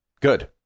Good